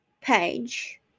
page